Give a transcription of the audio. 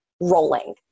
rolling